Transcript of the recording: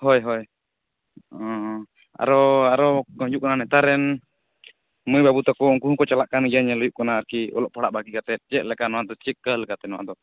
ᱦᱳᱭ ᱦᱳᱭ ᱟᱨᱚ ᱟᱨᱚ ᱦᱤᱡᱩᱜ ᱠᱟᱱᱟ ᱱᱮᱛᱟᱨ ᱨᱮᱱ ᱢᱟᱹᱭ ᱵᱟᱹᱵᱩ ᱛᱟᱠᱚ ᱩᱱᱠᱩ ᱦᱚᱠᱚ ᱪᱟᱞᱟᱜ ᱠᱟᱱ ᱜᱮᱭᱟ ᱧᱮᱞ ᱦᱩᱭᱩᱜ ᱠᱟᱱᱟ ᱟᱨᱠᱤ ᱚᱞᱚᱜ ᱯᱟᱲᱦᱟᱜ ᱵᱟᱹᱜᱤ ᱠᱟᱛᱮᱫ ᱪᱮᱫ ᱞᱮᱠᱟ ᱱᱚᱣᱟ ᱫᱚ ᱪᱤᱠᱟᱹ ᱞᱮᱠᱟ ᱛᱮ ᱱᱚᱣᱟ ᱫᱚ